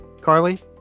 Carly